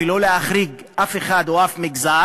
לא להחריג אף אחד או אף מגזר,